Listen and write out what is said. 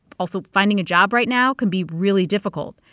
also, finding a job right now can be really difficult.